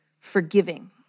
forgiving